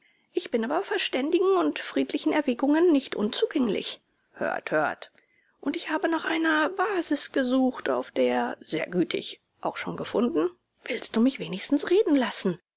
ich bin aber verständigen und friedlichen erwägungen nicht unzugänglich hört hört und ich habe nach einer basis gesucht auf der sehr gütig auch schon gefunden willst du mich wenigstens reden lassen